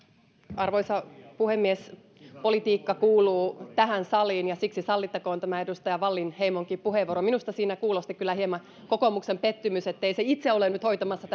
arvoisa puhemies politiikka kuuluu tähän saliin ja siksi sallittakoon tämä edustaja wallinheimonkin puheenvuoro minusta siinä kuulosti kyllä hieman kokoomuksen pettymys ettei se itse ole nyt hoitamassa